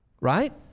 right